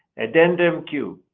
addendum q.